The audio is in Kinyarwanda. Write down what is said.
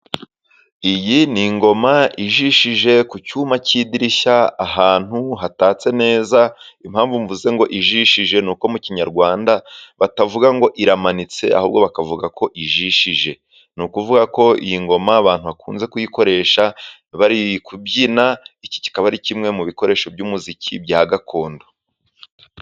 Iyi ni ingoma ijishe ku cyuma cy'idirishya, ahantu hatatse neza. Impamvu mvuze ngo ijishe ni uko mu kinyarwanda batavuga ngo iramanitse, ahubwo bakavuga ko ijishe ni ukuvuga ko iyi ngoma abantu bakunze kuyikoresha bari kubyina, iki kikaba ari kimwe mu bikoresho by'umuziki bya gakondo.